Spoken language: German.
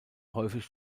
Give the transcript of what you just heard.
häufig